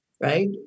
right